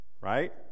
right